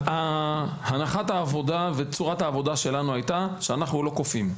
הנחת וצורת העבודה שלנו היא שאנחנו לא כופים.